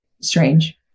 strange